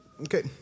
Okay